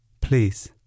Please